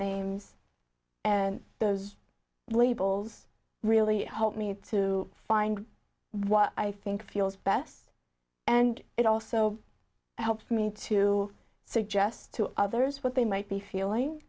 names and those labels really hold me to find what i think feels best and it also helps me to suggest to others what they might be feeling